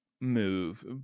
move